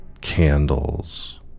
candles